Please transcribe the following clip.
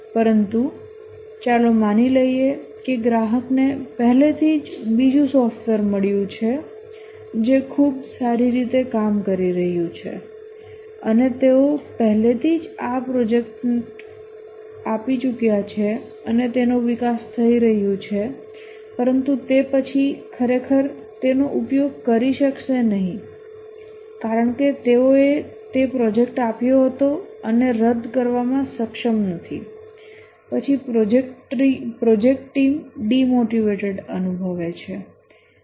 પરંતુ ચાલો માની લઈએ કે ગ્રાહકને પહેલેથી જ બીજું સોફ્ટવેર મળ્યું છે જે ખૂબ સારી રીતે કામ કરી રહ્યું છે અને તેઓ પહેલેથી જ આ પ્રોજેક્ટ આપી ચૂક્યા છે કે તેનો વિકાસ થઈ રહ્યો છે પરંતુ તે પછી તેઓ ખરેખર તેનો ઉપયોગ કરી શકશે નહીં કારણ કે તેઓએ તે પ્રોજેક્ટ આપ્યો હતો અને રદ કરવામાં સક્ષમ નથી પછી પ્રોજેક્ટ ટીમ ડિમોટિવટેટેડ અનુભવે છે